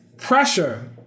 pressure